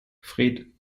fred